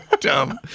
dumb